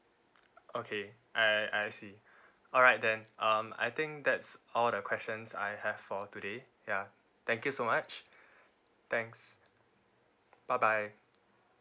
okay I I see alright then um I think that's all the questions I have for today ya thank you so much thanks bye bye